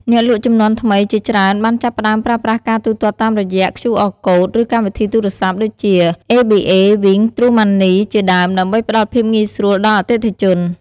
អ្នកលក់ជំនាន់ថ្មីជាច្រើនបានចាប់ផ្ដើមប្រើប្រាស់ការទូទាត់តាមរយៈ ឃ្យូអរកូដ ឬកម្មវិធីទូរសព្ទ ដូចជា អេបីអេ, វីង, ទ្រូម៉ាន់នី ជាដើម ដើម្បីផ្ដល់ភាពងាយស្រួលដល់អតិថិជន។